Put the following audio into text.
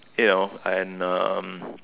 you know and um